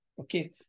Okay